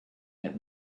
had